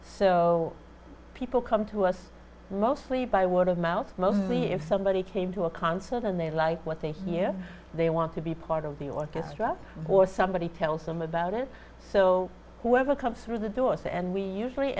so people come to us mostly by word of mouth mostly if somebody came to a concert and they like what they hear they want to be part of the orchestra or somebody tells them about it so whoever comes through the doors and we usually